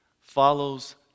follows